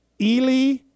Eli